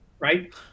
Right